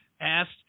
asked